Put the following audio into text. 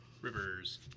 Rivers